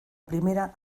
primera